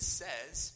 says